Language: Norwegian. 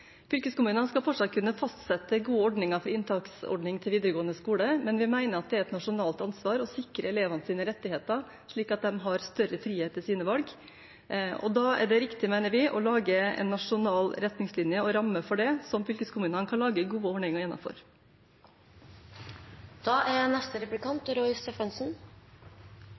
Fylkeskommunene skal fortsatt kunne fastsette gode ordninger for inntaksordning til videregående skole, men vi mener at det er et nasjonalt ansvar å sikre elevenes rettigheter, slik at de har større frihet i sine valg. Da mener vi det er riktig å lage en nasjonal retningslinje og rammer for det som fylkeskommunene kan lage gode ordninger